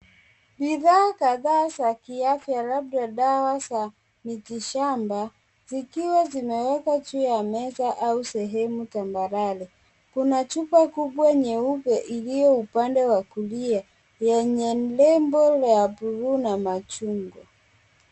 Bidhaa kadhaa za kiafya labda dawa za miti shamba, zikiwa zimewekwa juu ya meza au sehemu tambarare. Kuna chupa kubwa nyeupe, iliyo upande wa kulia yenye nembo ya buluu na machungwa.